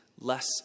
less